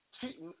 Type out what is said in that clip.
cheating